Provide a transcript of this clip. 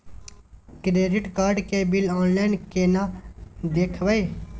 Credit card के bill online केना देखबय?